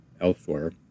elsewhere